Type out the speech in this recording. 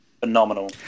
Phenomenal